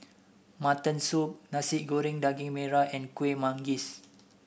Mutton Soup Nasi Goreng Daging Merah and Kuih Manggis